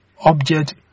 object